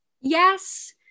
Yes